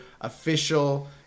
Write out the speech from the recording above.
Official